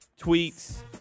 tweets